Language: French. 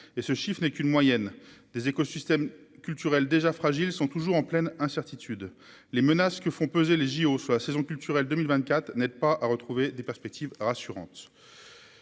et ce chiffre n'est qu'une moyenne des écosystèmes culturelle déjà fragiles, sont toujours en pleine incertitude les menaces que font peser les JO sur la saison culturelle 2000 vingt-quatre n'aide pas à retrouver des perspectives rassurantes